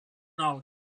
alt